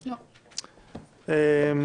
טוב,